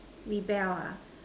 rebel ah